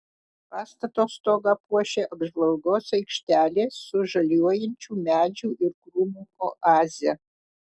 pastato stogą puošia apžvalgos aikštelė su žaliuojančių medžių ir krūmų oaze